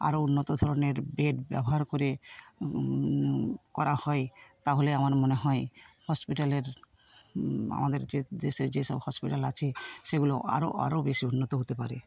আরও উন্নত ধরনের বেড ব্যবহার করে করা হয় তাহলে আমার মনে হয় হসপিটালের আমাদের যে দেশে যে সব হসপিটাল আছে সেগুলো আরও আরও বেশী উন্নত হতে পারে